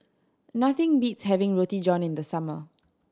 nothing beats having Roti John in the summer